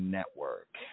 Network